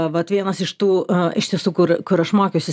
vat vienas iš tų iš tiesų kur kur aš mokiausi